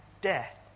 death